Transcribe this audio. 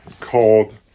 called